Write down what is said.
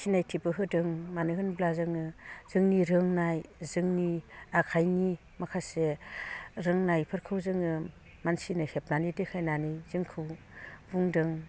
सिनायथिबो होदों मानो होनोब्ला जोङो जोंनि रोंनाय जोंनि आखायनि माखासे रोंनायफोरखौ जोङो मानसिनो हेबनानै देखायनानै जोंखौ बुंदों